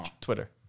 Twitter